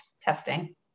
Testing